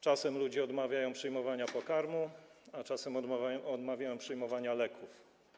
Czasem ludzie odmawiają przyjmowania pokarmu, czasem odmawiają przyjmowania leków.